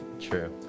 true